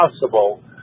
possible